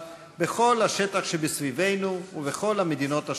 בכל השטח שסביבנו ובכל המדינות השכנות.